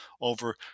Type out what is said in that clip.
over